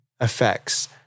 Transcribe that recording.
effects